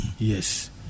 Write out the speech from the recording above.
Yes